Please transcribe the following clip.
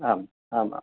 आम् आम्